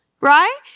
Right